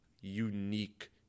unique